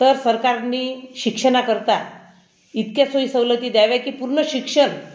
तर सरकारने शिक्षणाकरता इतक्या सोयीसवलती द्याव्या की पूर्ण शिक्षण